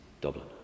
Dublin